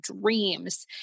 dreams